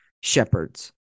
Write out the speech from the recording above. shepherds